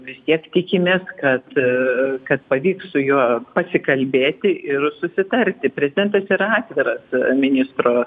vis tiek tikimės kad kad pavyks su juo pasikalbėti ir susitarti prezidentas ir atviras ministro